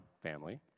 family